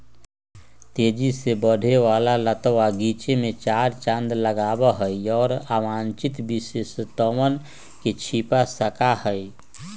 तेजी से बढ़े वाला लतवा गीचे में चार चांद लगावा हई, और अवांछित विशेषतवन के छिपा सका हई